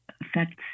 affects